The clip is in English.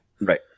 Right